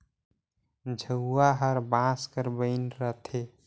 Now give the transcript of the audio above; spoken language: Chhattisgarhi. झउहा हर बांस कर बइन रहथे